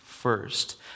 First